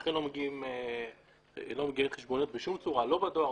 שאכן לא מגיעות חשבוניות בשום צורה לא בדואר,